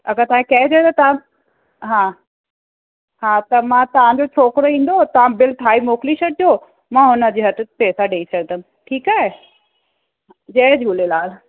अगरि तव्हांखे कैश ॾियां त तव्हां हा हा त मां तव्हांजो छोकिरो ईंदो तव्हां बिल ठाहे मोकिले छॾिजो मां हुनजे हथु पैसा ॾेई छॾींदमि ठीकु आहे जय झूलेलाल